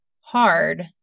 hard